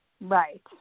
Right